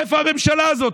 איפה הממשלה הזאת?